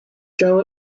channel